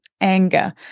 Anger